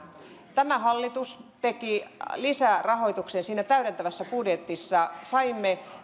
tämä hallitus teki lisärahoituksen täydentävässä budjetissa ja saimme